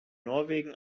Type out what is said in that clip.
norwegen